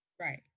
right